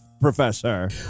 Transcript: professor